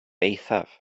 eithaf